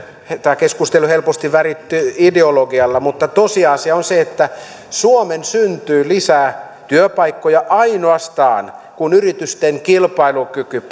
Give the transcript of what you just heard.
tämä keskustelu helposti värittyy ideologialla mutta tosiasia on se että suomeen syntyy lisää työpaikkoja ainoastaan kun yritysten kilpailukyky